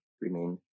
remain